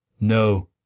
No